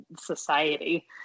society